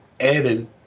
added